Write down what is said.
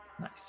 Nice